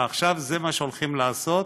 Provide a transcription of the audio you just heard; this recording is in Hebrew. ועכשיו זה מה שהולכים לעשות,